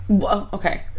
Okay